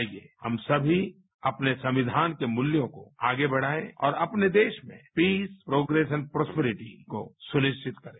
आइए हम सभी अपने संविधान के मूल्यों को आगे बढ़ाएं और अपने देश में पीस प्रोग्रेस और प्रोसपेरिटी को सुनिश्चित करें